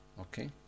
Okay